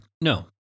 No